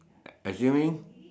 assuming